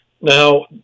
Now